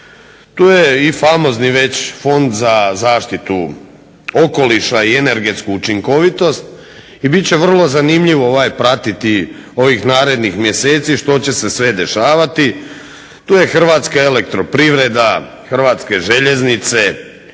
Tu je i famozni već Fond za zaštitu okoliša i energetsku učinkovitost i bit će vrlo zanimljivo pratiti ovih narednih mjeseci što će se sve dešavati. Tu je Hrvatska elektroprivreda, Hrvatske željeznice,